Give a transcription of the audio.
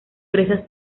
presas